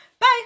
Bye